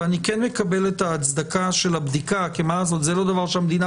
ואני כן מקבל את ההצדקה של הבדיקה כי זה לא דבר שהמדינה